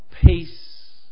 peace